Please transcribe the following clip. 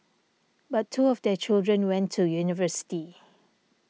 but two of their children went to university